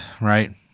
right